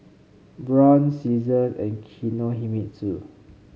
Braun Season and Kinohimitsu